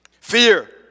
Fear